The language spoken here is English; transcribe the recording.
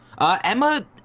Emma